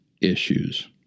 issues